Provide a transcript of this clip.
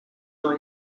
join